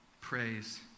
praise